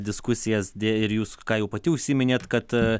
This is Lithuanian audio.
diskusijas dė ir jūs ką jau pati užsiminėt kad